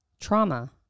trauma